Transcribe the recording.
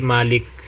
Malik